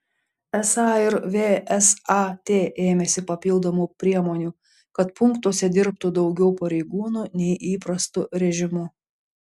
esą ir vsat ėmėsi papildomų priemonių kad punktuose dirbtų daugiau pareigūnų nei įprastu režimu